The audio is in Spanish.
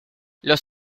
los